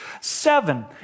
Seven